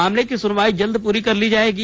मामले की सुनवाई जल्द पूरी कर ली जाएगी